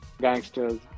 gangsters